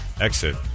exit